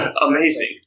Amazing